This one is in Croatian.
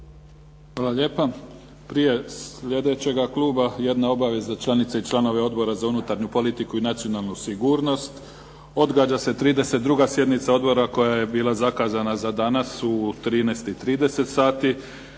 Hvala lijepa. Prije sljedećega kluba jedna obavijest za članice i članove Odbora za unutarnju politiku i nacionalnu sigurnosti. Odgađa se 32. sjednica odbora koja je bila zakazana za danas u 13,30 sati